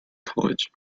college